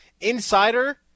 insider